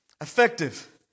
effective